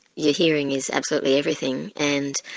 your hearing is absolutely everything, and